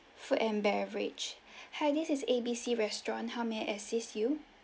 food and beverage hi this is A B C restaurant how may I assist you